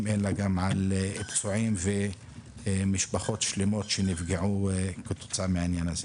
אלא גם על פצועים ומשפחות שלמות שנפגעו כתוצאה מהעניין הזה.